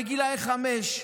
בגיל חמש.